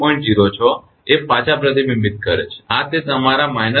06 એ પાછા પ્રતિબિંબિત કરે છે આ તે જે તમારા −80